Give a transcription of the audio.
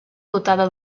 dotada